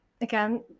again